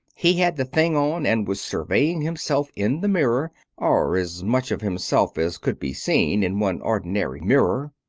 he had the thing on and was surveying himself in the mirror or as much of himself as could be seen in one ordinary mirror.